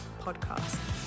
Podcast